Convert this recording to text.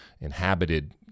inhabited